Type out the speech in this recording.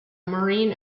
maureen